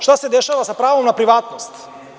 Šta se dešava sa pravom na privatnost?